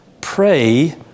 Pray